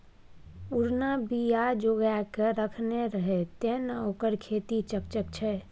पुरना बीया जोगाकए रखने रहय तें न ओकर खेती चकचक छै